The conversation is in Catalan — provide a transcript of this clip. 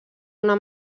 una